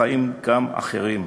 חיים גם אחרים,